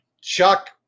Chuck